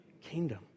kingdom